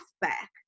back